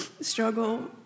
struggle